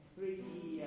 Three